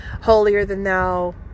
holier-than-thou